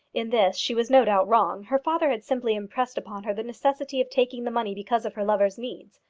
in this she was no doubt wrong. her father had simply impressed upon her the necessity of taking the money because of her lover's needs.